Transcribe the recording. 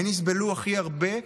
הן יסבלו הכי הרבה,